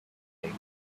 favor